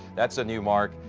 that's a new mark.